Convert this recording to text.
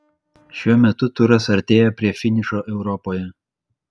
šiuo metu turas artėja prie finišo europoje